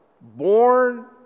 born